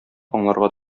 аңларга